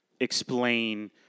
explain